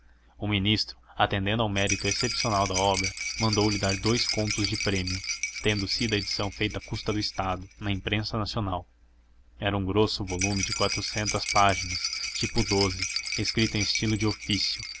o ministro atendendo ao mérito excepcional da obra mandou-lhe dar dous contos de prêmio tendo sido a edição feita à custa do estado na imprensa nacional era um grosso volume de quatrocentas páginas tipo doze escrito em estilo de ofício